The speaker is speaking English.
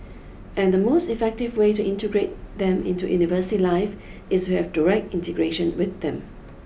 and the most effective way to integrate them into university life is to have direct integration with them